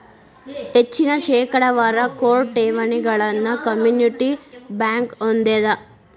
ಹೆಚ್ಚಿನ ಶೇಕಡಾವಾರ ಕೋರ್ ಠೇವಣಿಗಳನ್ನ ಕಮ್ಯುನಿಟಿ ಬ್ಯಂಕ್ ಹೊಂದೆದ